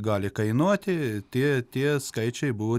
gali kainuoti tie tie skaičiai buvo